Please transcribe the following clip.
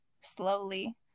slowly